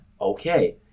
okay